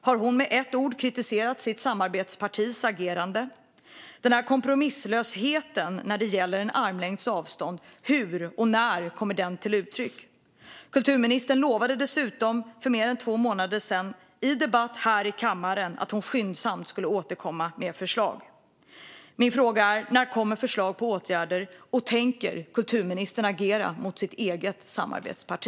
Har hon med ett ord kritiserat sitt samarbetspartis agerande? Den här kompromisslösheten när det gäller armlängds avstånd, hur och när kommer den till uttryck? Kulturministern lovade dessutom för mer än två månader sedan i debatt här i kammaren att hon skyndsamt skulle återkomma med förslag. Mina frågor är: När kommer förslag på åtgärder, och tänker kulturministern agera mot sitt samarbetsparti?